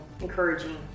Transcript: encouraging